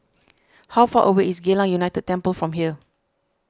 how far away is Geylang United Temple from here